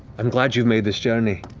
i'm glad you've made this journey.